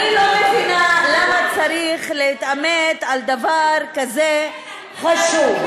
אני לא מבינה למה צריך להתעמת על דבר כזה חשוב.